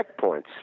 checkpoints